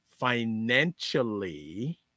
Financially